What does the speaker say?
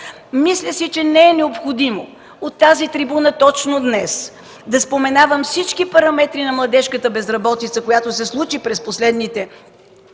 Мисля си, че не е необходимо от тази трибуна точно днес да споменавам всички параметри на младежката безработица, която се случи през последните години